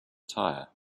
tire